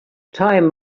time